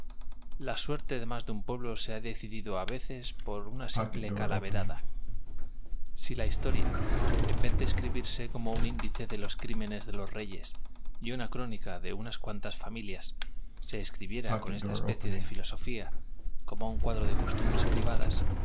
la suerte de más de un das conversación á una fea quieres atrapar su pueblo se ha decidido á veces por una simple dinero si gastas chanzas con la parienta de un calaverada si la historia en vez de escribirministro quieres un empleo e n una palabra en se como un índice de los crímenes de los reyes esta sociedad de ociosos y habladores nunca se y una crónica de unas cuantas familias se esconcibe la idea de que puedas hacer nada ino cribiera con esta especie de filosofía como un cente ni con buen fin ni aun sin fin cuadro de costumbres privadas